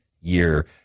year